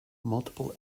multiple